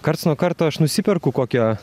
karts nuo karto aš nusiperku kokią